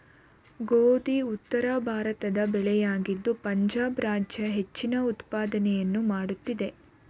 ಗೋಧಿ ಉತ್ತರಭಾರತದ ಬೆಳೆಯಾಗಿದ್ದು ಪಂಜಾಬ್ ರಾಜ್ಯ ಹೆಚ್ಚಿನ ಉತ್ಪಾದನೆಯನ್ನು ಮಾಡುತ್ತಿದೆ